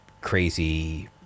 crazy